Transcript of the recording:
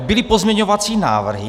Byly pozměňovací návrhy.